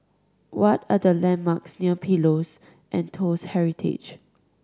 what are the landmarks near Pillows and Toast Heritage